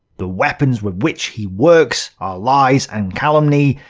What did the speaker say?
the weapons with which he works are lies and calumny,